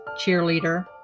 cheerleader